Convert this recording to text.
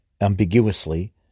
ambiguously